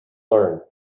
learn